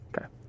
Okay